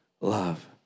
love